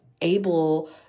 able